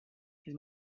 his